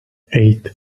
eight